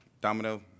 Domino